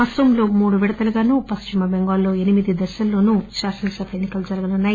అనోంలో మూడు విడతలుగా ను పశ్చిమబెంగాల్లో ఎనిమిది దశల్లో ఎన్నికలు జరగనున్నాయి